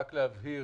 רק להבהיר,